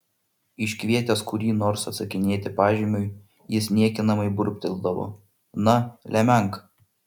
iškvietęs kurį nors atsakinėti pažymiui jis niekinamai burbteldavo na lemenk